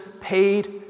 paid